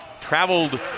traveled